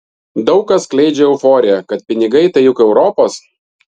daug kas skleidžia euforiją kad pinigai tai juk europos